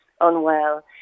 unwell